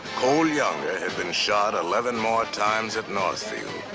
cole younger had been shot eleven more times at northfield.